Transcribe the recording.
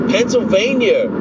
Pennsylvania